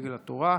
דגל התורה.